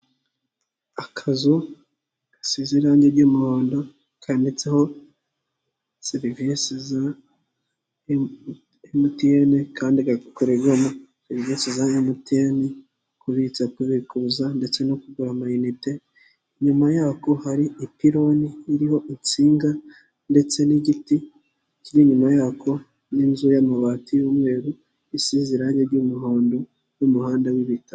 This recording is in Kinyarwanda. Akazu gasize irangi ry'umuhondo, kanditseho serivisi za Emutiyeni kandi gakorerwamo serivisi za Emutiyeni, kubitsa, kubikuza ndetse no kugura amayinite, inyuma yako hari ipironi iriho insinga ndetse n'igiti kiri inyuma yako n'inzu y'amabati y'umweru, isize irangi ry'umuhondo n'umuhanda w'ibitaka.